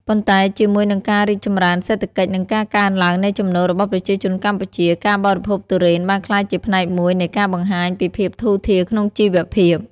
ប៉ុន្តែជាមួយនឹងការរីកចម្រើនសេដ្ឋកិច្ចនិងការកើនឡើងនៃចំណូលរបស់ប្រជាជនកម្ពុជា ការបរិភោគទុរេនបានក្លាយជាផ្នែកមួយនៃការបង្ហាញពីភាពធូរធារក្នុងជីវភាព។